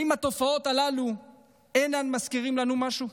האם התופעות הללו אינן מזכירות לנו משהו?